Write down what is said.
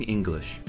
English